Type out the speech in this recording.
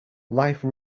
life